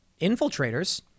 infiltrators